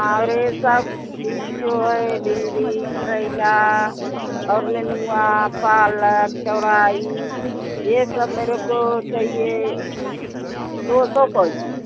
हाँ और यह सब बीज जो है भिंडी करेला और ननुआ पालक चौराई यह सब मेरे को चाहिए दो सौ पॉकिट